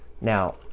Now